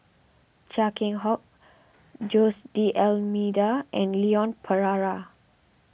Chia Keng Hock Jose D'Almeida and Leon Perera